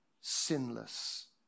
sinless